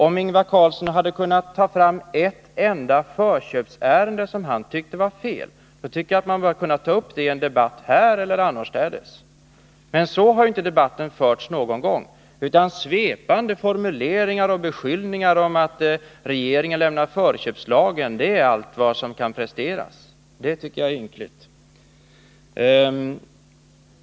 Om Ingvar Carlsson hade kunnat ta fram ett enda förköpsärende som han tycker är felaktigt behandlat, kunde det ha diskuterats här eller annorstädes. Så har ju inte debatten förts någon gång. Tvärtom har det kommit svepande formuleringar och beskyllningar om att regeringen lämnar förköpslagen. Det är allt vad som kan presteras, och det tycker jag är ynkligt.